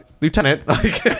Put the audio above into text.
Lieutenant